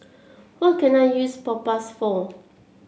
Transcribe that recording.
what can I use Propass for